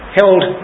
held